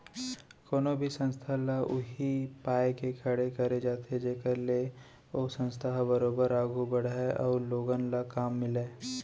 कोनो भी संस्था ल उही पाय के खड़े करे जाथे जेखर ले ओ संस्था ह बरोबर आघू बड़हय अउ लोगन ल काम मिलय